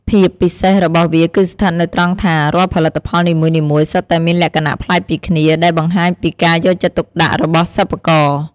ភាពពិសេសរបស់វាគឺស្ថិតនៅត្រង់ថា រាល់ផលិតផលនីមួយៗសុទ្ធតែមានលក្ខណៈប្លែកពីគ្នា ដែលបង្ហាញពីការយកចិត្តទុកដាក់របស់សិប្បករ។